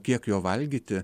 kiek jo valgyti